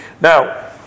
Now